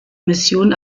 mission